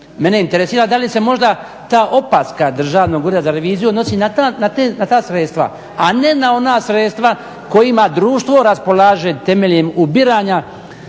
Mene interesira da li se možda ta opaska Državnog ureda za reviziju odnosi na ta sredstva, a ne na ona sredstva kojima društvo raspolaže temeljem ubiranja